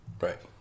right